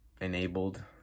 enabled